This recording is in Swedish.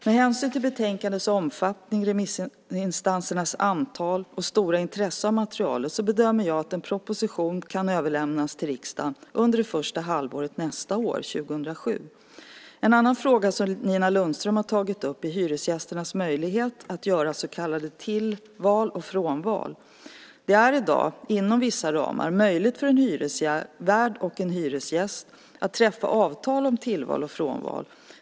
Med hänsyn till betänkandets omfattning och remissinstansernas antal och stora intresse av materialet bedömer jag att en proposition kan överlämnas till riksdagen under det första halvåret 2007. En annan fråga som Nina Lundström har tagit upp är hyresgästernas möjlighet att göra så kallade tillval och frånval. Det är i dag - inom vissa ramar - möjligt för en hyresvärd och en hyresgäst att träffa avtal om tillval och frånval.